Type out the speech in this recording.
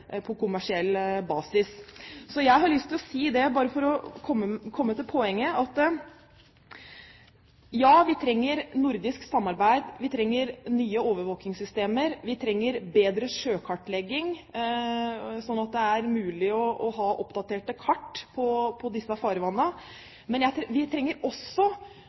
lyst til å si – for å komme til poenget: Ja, vi trenger nordisk samarbeid, vi trenger nye overvåkingssystemer, og vi trenger bedre sjøkartlegging, sånn at det er mulig å ha oppdaterte kart over disse farvannene. Vi trenger også at Nordisk Råd og vi her følger med på det arbeidet som foregår i Den internasjonale skipsfartsorganisasjon, for jeg